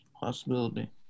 Possibility